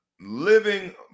living